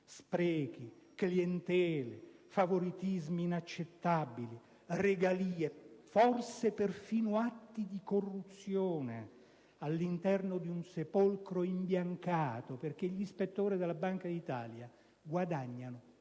sprechi, clientele, favoritismi inaccettabili, regalie, forse perfino atti di corruzione all'interno di un sepolcro imbiancato? Gli ispettori della Banca d'Italia guadagnano